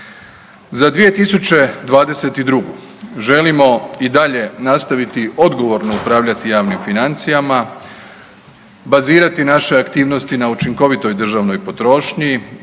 Za 2022. želimo i dalje nastaviti odgovorno upravljati javnim financijama, bazirati naše aktivnosti na učinkovitoj državnoj potrošnji,